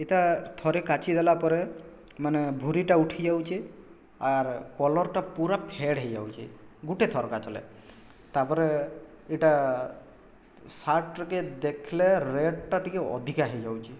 ଇଟା ଥରେ କାଚି ଦେଲାପରେ ମାନେ ଭୂରିଟା ଉଠି ଯାଉଛେ ଆର୍ କଲର୍ଟା ପୁରା ଫେଡ୍ ହେଇଯାଉଛେ ଗୁଟେ ଥର କାଚଲେ ତାପରେ ଏଟା ସାର୍ଟଟା ଟିକେ ଦେଖଲେ ରେଟ୍ଟା ଟିକେ ଅଧିକା ହେଇଯାଉଛେ